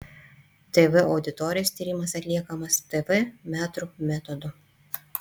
tv auditorijos tyrimas atliekamas tv metrų metodu